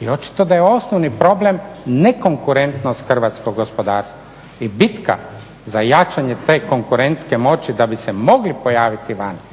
I očito da je osnovni problem nekonkurentnost hrvatskog gospodarstva. I bitka za jačanje te konkurentske moći da bi se mogli pojaviti vani